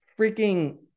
freaking